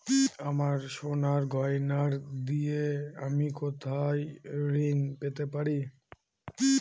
আমার সোনার গয়নার দিয়ে আমি কোথায় ঋণ পেতে পারি?